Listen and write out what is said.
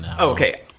okay